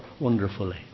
wonderfully